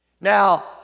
Now